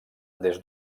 des